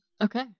Okay